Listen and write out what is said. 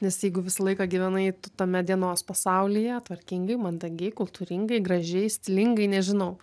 nes jeigu visą laiką gyvenai tame dienos pasaulyje tvarkingai mandagiai kultūringai gražiai stilingai nežinau